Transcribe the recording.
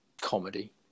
Comedy